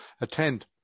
attend